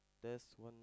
test one